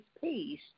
peace